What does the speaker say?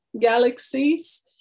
galaxies